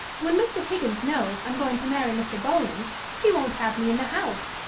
when mr. higgins knows i'm going to marry mr. bowling he won't have me in the house,